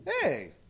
Hey